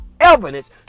evidence